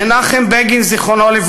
מנחם בגין ז"ל,